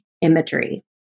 imagery